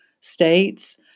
states